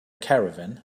caravan